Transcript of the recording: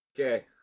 okay